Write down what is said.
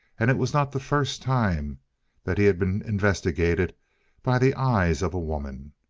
and it was not the first time that he had been investigated by the eyes of a woman.